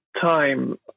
time